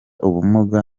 ubumuga